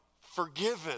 forgiven